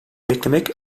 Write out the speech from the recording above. beklemek